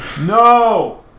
No